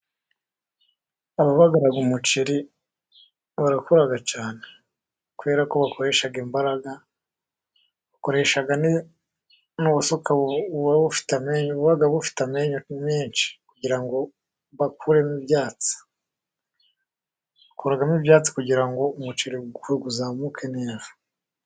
Ababagara umuceri barakora cyane kubera ko bakoresha imbaraga bakoresha n'ubusuka buba bufite amenyo menshi, kugira ngo bakuremo ibyatsi, bakuramo ibyatsi kugira umuceri uzamuke neza.